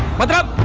without